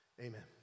Amen